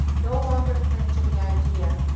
no longer cling to the idea,